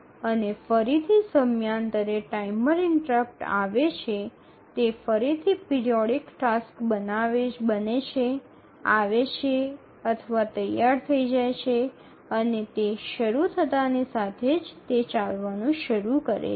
અને ફરીથી સમયાંતરે ટાઇમર ઇન્ટરપ્ટ આવે છે તે ફરીથી પિરિયોડિક ટાસ્ક બને છે આવે છે અથવા તૈયાર થઈ જાય છે અને તે શરૂ થતાંની સાથે જ તે ચાલવાનું શરૂ કરે છે